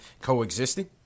coexisting